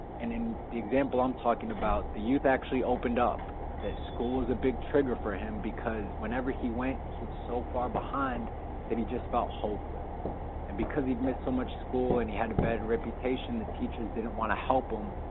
and in the example i'm talking about, the youth actually opened up that school was a big trigger for him because whenever he went, he was so far behind that he just felt hopeless and because he'd missed so much school and he had a bad reputation, the teachers didn't want to help him,